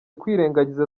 kwirengagiza